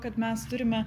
kad mes turime